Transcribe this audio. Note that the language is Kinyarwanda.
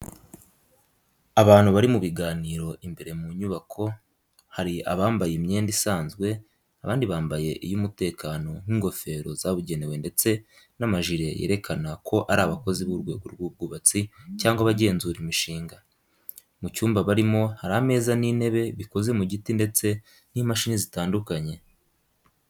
Abantu bari mu biganiro imbere mu nyubako. Hari abambaye imyenda isanzwe, abandi bambaye iy’umutekano nk’ingofero zabugenewe ndetse n’amajire yerekana ko ari abakozi b’urwego rw’ubwubatsi cyangwa abagenzura imishinga. Mu cyumba barimo hari ameza n'intebe bikoze mu giti ndetse n'imashini zitandukanye.